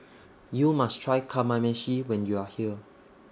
YOU must Try Kamameshi when YOU Are here